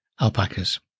alpacas